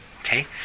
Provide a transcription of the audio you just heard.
okay